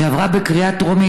שעברה בקריאה טרומית,